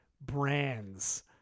brands